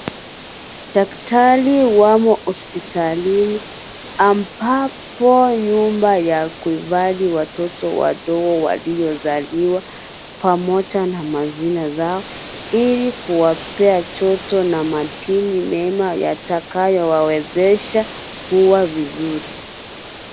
Daktari wamo hospitalini ambapo nyumba ya kuhifadhi watoto wadogo waliozaliwa, pamoja na majina zao, ili kuwapea joto na madini mema yatakayo wawezesha kuwa vizuri.